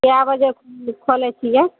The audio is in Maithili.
कए बजे खोलै छियै